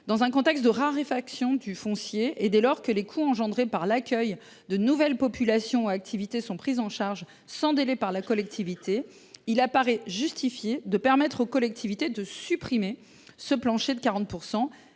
dans un contexte de raréfaction du foncier et alors que les coûts engendrés par l’accueil de nouvelles populations ou activités sont pris en charge, sans délai, par la collectivité concernée, il paraît justifié de permettre aux collectivités locales de supprimer ce plancher de 40